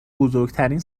بزرگترین